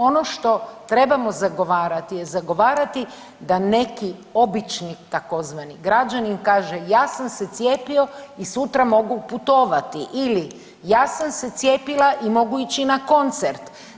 Ono što trebamo zagovarati je zagovarati da neki obični takozvani građanin kaže ja sam se cijepio i sutra mogu putovati ili ja sam se cijepila i mogu ići na koncert.